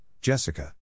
Jessica